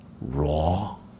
raw